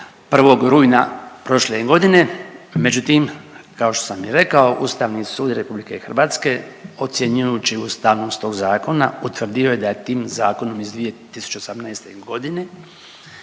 do 1. rujna prošle godine. Međutim, kao što sam i rekao Ustavni sud Republike Hrvatske ocjenjujući ustavnost tog zakona utvrdio je da je tim zakonom iz 2018. godine